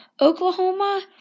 Oklahoma